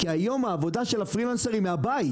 כי העבודה של הפרילנסרים היא מהבית.